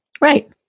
Right